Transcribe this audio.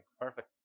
Perfect